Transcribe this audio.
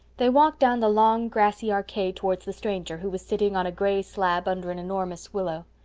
they walked down the long grassy arcade towards the stranger, who was sitting on a gray slab under an enormous willow.